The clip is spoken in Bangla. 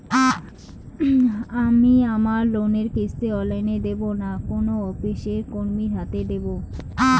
আমি আমার লোনের কিস্তি অনলাইন দেবো না কোনো অফিসের কর্মীর হাতে দেবো?